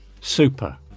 Super